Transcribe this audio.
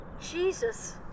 Jesus